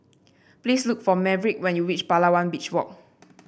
please look for Maverick when you reach Palawan Beach Walk